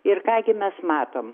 ir ką gi mes matom